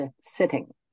sitting